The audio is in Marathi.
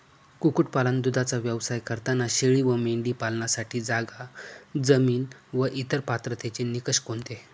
कुक्कुटपालन, दूधाचा व्यवसाय करताना शेळी व मेंढी पालनासाठी जागा, जमीन व इतर पात्रतेचे निकष कोणते?